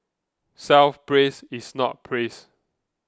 self praise is not praise